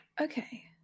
Okay